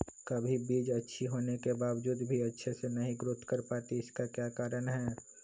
कभी बीज अच्छी होने के बावजूद भी अच्छे से नहीं ग्रोथ कर पाती इसका क्या कारण है?